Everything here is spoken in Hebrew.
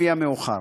לפי המאוחר.